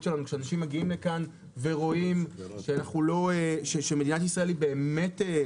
שלנו; אנשים באים לכאן ורואים שמדינת ישראל היא מדינה